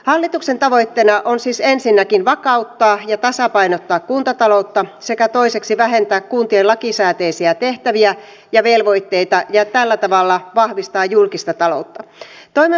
hallituksen tavoitteena on siis ensinnäkin vakauttaa ja tasapainottaa kuntataloutta sekä toiseksi vähentää kuntien lakisääteisiä tehtäviä ja velvoitteita ja tällä tavalla vahvistaa julkista taloutta